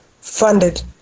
funded